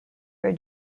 were